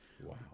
Wow